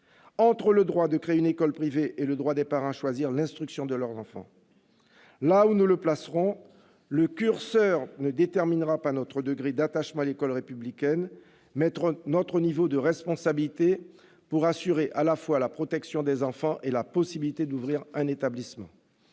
entre le droit de créer une école privée et le droit des parents à choisir l'instruction de leur enfant. Là où nous le placerons, le curseur déterminera non pas notre degré d'attachement à l'école républicaine, mais notre niveau de responsabilité pour assurer à la fois la protection des enfants et la possibilité d'ouvrir un établissement.